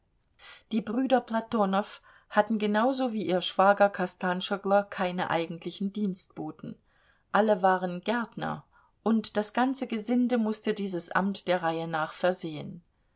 die brüder platonow hatten genau so wie ihr schwager kostanschoglo keine eigentlichen dienstboten alle waren gärtner und das ganze gesinde mußte dieses amt der reihe nach versehen